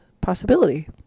possibility